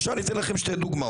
אני אתן לכם שתי דוגמאות: